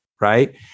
Right